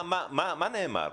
מה נאמר?